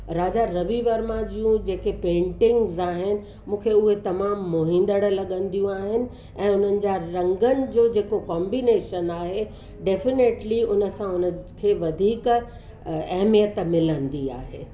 राजा रवि वर्मा जूं जेके पेंटिंग्स आहिनि मूंखे उहे तमामु मोहींदड़ लॻंदियूं आहिनि ऐं उन्हनि जा रंगनि जो जेको कॉम्बिनेशन आहे डेफिनेटली उन सां उन खे वधीक अहमियत मिलंदी आहे